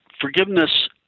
forgiveness